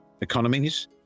economies